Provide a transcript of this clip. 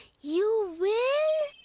you will?